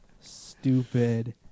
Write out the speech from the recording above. stupid